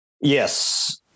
Yes